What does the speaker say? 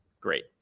Great